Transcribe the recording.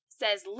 says